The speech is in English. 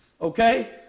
Okay